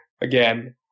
again